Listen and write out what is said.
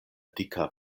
dika